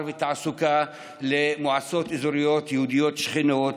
ותעסוקה למועצות אזוריות יהודיות שכנות.